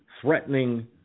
threatening